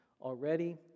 already